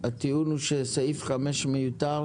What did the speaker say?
הטיעון הוא שסעיף (5) מיותר